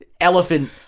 elephant